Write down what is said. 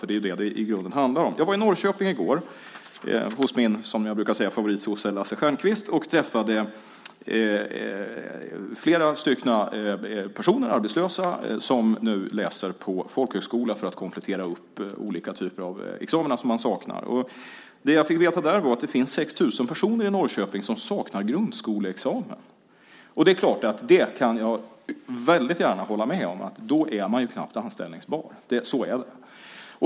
Det är det som det i grunden handlar om. Jag var i Norrköping i går hos min favoritsosse, som jag brukar säga, Lasse Stjernkvist, och träffade flera personer, arbetslösa, som nu läser på folkhögskola för att komplettera olika examina som de saknar. Det jag fick veta där var att det finns 6 000 personer i Norrköping som saknar grundskoleexamen. Det är klart att jag väldigt gärna kan hålla med om att då är man knappt anställningsbar. Så är det.